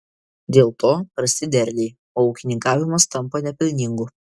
dėl to prasti derliai o ūkininkavimas tampa nepelningu